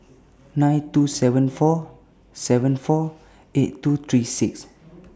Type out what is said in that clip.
nine two seven four seven four eight two three six